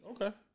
Okay